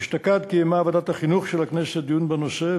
אשתקד קיימה ועדת החינוך של הכנסת דיון בנושא,